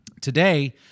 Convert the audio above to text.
today